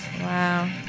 Wow